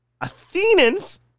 Athenians